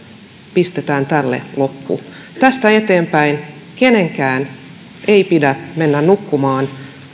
pistetään tälle loppu tästä eteenpäin kenenkään ei pidä mennä nukkumaan